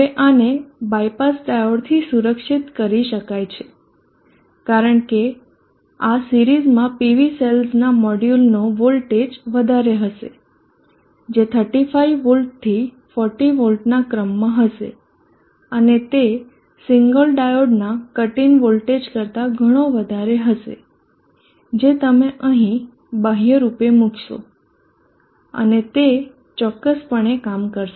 હવે આને બાયપાસ ડાયોડથી સુરક્ષિત કરી શકાય છે કારણ કે આ સિરીઝમાં PV સેલ્સનાં મોડ્યુલનો વોલ્ટેજ વધારે હશે જે 35 વોલ્ટથી 40 વોલ્ટના ક્રમમાં હશે અને તે સિંગલ ડાયોડના કટ ઇન વોલ્ટેજ કરતા ઘણો વધારે હશે જે તમે અહીં બાહ્યરૂપે મૂકશો અને તે ચોક્કસપણે કામ કરશે